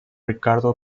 ricardo